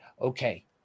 okay